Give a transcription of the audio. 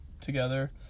together